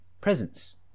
presence